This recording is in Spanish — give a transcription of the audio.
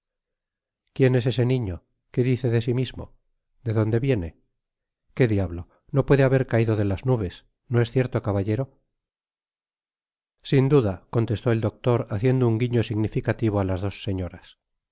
quién es ese niño qué dice de si mismo de dónde viene qué diablo no puede haber caido de las nubes i no es cierto caballero sin duda contestó el doctor haciendo un guiño significativo á las dos señoras